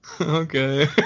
okay